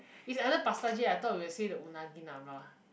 is either pasta I thought you will say the unagi-nara